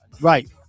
Right